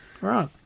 right